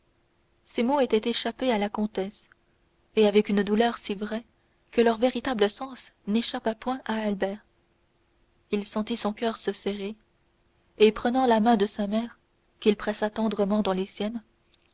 ces mots étaient échappés à la comtesse et avec une douleur si vraie que leur véritable sens n'échappa point à albert il sentit son coeur se serrer et prenant la main de sa mère qu'il pressa tendrement dans les siennes